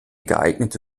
geeignete